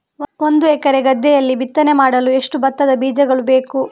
ಒಂದು ಎಕರೆ ಗದ್ದೆಯಲ್ಲಿ ಬಿತ್ತನೆ ಮಾಡಲು ಎಷ್ಟು ಭತ್ತದ ಬೀಜಗಳು ಬೇಕು?